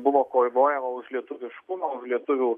buvo kovojama už lietuviškumą už lietuvių